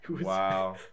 Wow